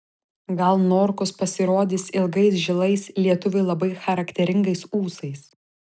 gal norkus pasirodys ilgais žilais lietuviui labai charakteringais ūsais